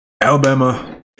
Alabama